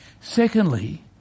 Secondly